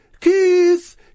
Keith